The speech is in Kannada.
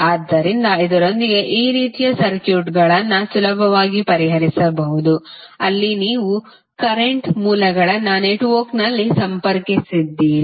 ಆದ್ದರಿಂದ ಇದರೊಂದಿಗೆ ಈ ರೀತಿಯ ಸರ್ಕ್ಯೂಟ್ಗಳನ್ನು ಸುಲಭವಾಗಿ ಪರಿಹರಿಸಬಹುದು ಅಲ್ಲಿ ನೀವು ಕರೆಂಟ್ ಮೂಲಗಳನ್ನು ನೆಟ್ವರ್ಕ್ನಲ್ಲಿ ಸಂಪರ್ಕಿಸಿದ್ದೀರಿ